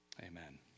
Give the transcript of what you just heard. Amen